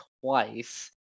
twice